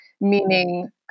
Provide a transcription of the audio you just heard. meaning